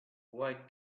why